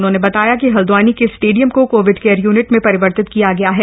उन्होंने बताया कि हल्द्वानी में स्टेडियम को कोविड केयर यूनिट में परिवर्तित किया गया है